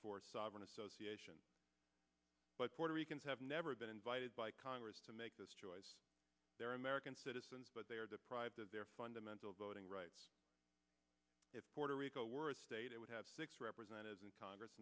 for sovereign association but puerto ricans have never been invited by congress to make this choice they're american citizens but they are deprived of their fundamental voting rights if puerto rico were a state it would have six representatives in congress